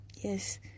Yes